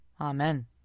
Amen